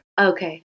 Okay